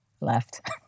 left